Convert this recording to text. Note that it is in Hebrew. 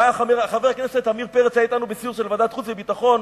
חבר הכנסת עמיר פרץ היה אתנו בסיור של ועדת חוץ וביטחון,